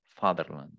fatherland